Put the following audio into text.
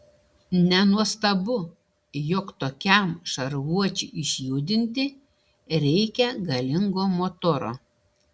nenuostabu jog tokiam šarvuočiui išjudinti reikia galingo motoro